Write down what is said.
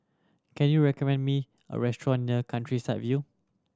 can you recommend me a restaurant near Countryside View